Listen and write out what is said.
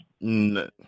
No